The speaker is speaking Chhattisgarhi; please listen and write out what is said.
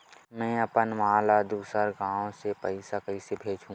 में अपन मा ला दुसर गांव से पईसा कइसे भेजहु?